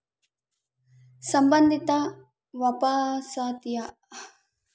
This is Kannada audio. ಸಂಬಂಧಿತ ವಾಪಸಾತಿಯ ಉದಾಹರಣೆಯೆಂದ್ರ ಚಿನ್ನದ ಮ್ಯಾಗ ಹೂಡಿಕೆ ಮಾಡಿದ್ರ ಚಿನ್ನದ ಬೆಲೆ ಕಮ್ಮಿ ಆಗ್ಕಲ್ಲ, ನಮಿಗೆ ಇದರ್ಲಾಸಿ ಲಾಭತತೆ